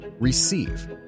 Receive